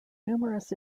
numerous